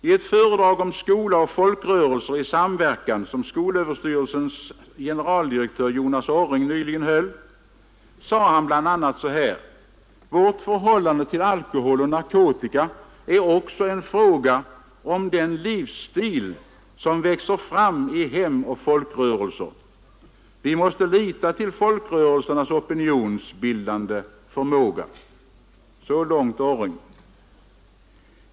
I ett föredrag om ”Skola och folkrörelser i samverkan” som skolöverstyrelsens generaldirektör Jonas Orring nyligen höll sade han bl.a.: ”Vårt förhållande till alkohol och narkotika är också en fråga om den livsstil som växer fram i hem och folkrörelser. Vi måste lita till folkrörelsernas opinionsbildande förmåga ———.” Så långt Orring.